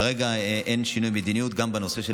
כרגע אין שינוי מדיניות גם בנושא של